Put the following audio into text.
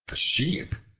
the sheep,